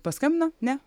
paskambino ne